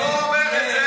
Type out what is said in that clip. מה, הוא לא אומר את זה,